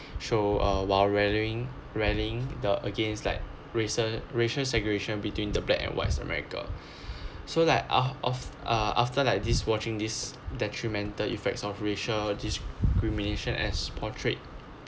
show uh while rallying rallying the against like recent racial segregation between the black and white america so like ah of uh after like this watching this detrimental effects of racial discrimination as portrayed